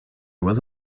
was